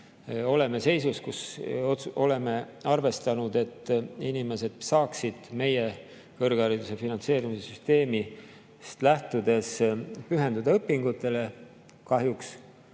oleme seisus, kus oleme arvestanud, et inimesed saaksid meie kõrghariduse finantseerimise süsteemist lähtudes pühenduda õpingutele. Kahjuks